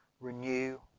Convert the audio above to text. Renew